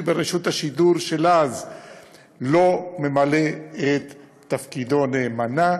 ברשות השידור של אז לא ממלא את תפקידו נאמנה,